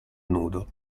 nudo